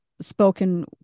spoken